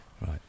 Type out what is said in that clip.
Right